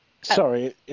Sorry